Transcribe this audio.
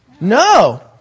No